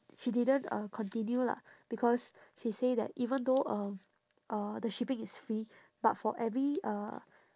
she didn't uh continue lah because she say that even though um uh the shipping is free but for every uh